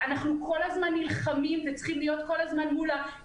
אנחנו כל הזמן נלחמים וצריכים להיות כל הזמן מול השאלה